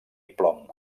plom